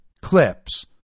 clips